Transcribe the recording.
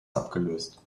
abgelöst